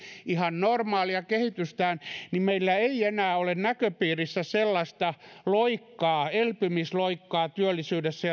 ihan normaalia kehitystään meillä ei enää ole näköpiirissä sellaista elpymisloikkaa työllisyydessä